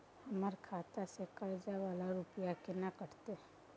हमर खाता से कर्जा वाला रुपिया केना कटते?